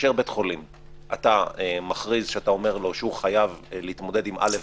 כאשר אתה מכריז שאתה אומר לבית חולים שהוא חייב להתמודד עם א',